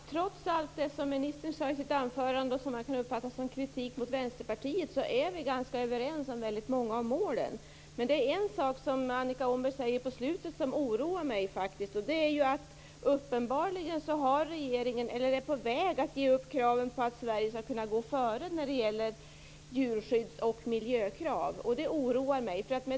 Fru talman! Trots allt det som ministern sade i sitt anförande och som man kan uppfatta som kritik mot Vänsterpartiet är vi överens om många av målen. Men det är en sak som Annika Åhnberg sade i slutet av sitt anförande som oroar mig, och det är att regeringen uppenbarligen är på väg att ge upp kraven på att Sverige skall gå före i fråga om djurskydds och miljökrav, och det oroar mig.